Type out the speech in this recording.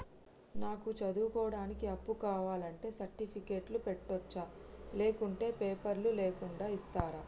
నాకు చదువుకోవడానికి అప్పు కావాలంటే సర్టిఫికెట్లు పెట్టొచ్చా లేకుంటే పేపర్లు లేకుండా ఇస్తరా?